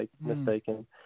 mistaken